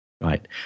Right